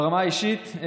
ברמה האישית,